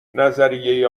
نظریه